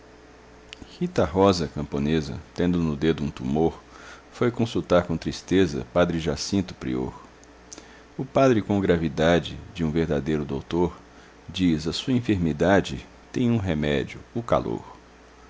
rita rosa camponesa tendo no dedo um tumor foi consultar com tristeza padre jacinto prior o padre com gravidade de um verdadeiro doutor diz a sua enfermidade tem um remédio o calor